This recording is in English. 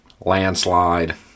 Landslide